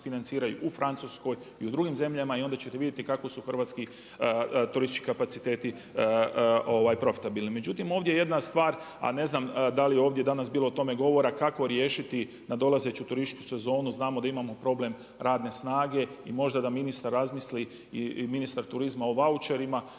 u Francuskoj i u drugim zemljama. I onda ćete vidjeti kako su hrvatski turistički kapaciteti profitabilni. Međutim, ovdje je jedna stvar, a ne znam da li je ovdje danas bilo o tome govora kako riješiti nadolazeću turističku sezonu. Znamo da imamo problem radne snage i možda da ministar razmisli, ministar turizma o vaučerima.